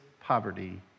poverty